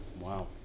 wow